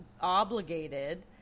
obligated